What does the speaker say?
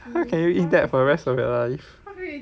how can you eat that for the rest of your life